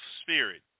spirit